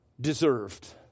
deserved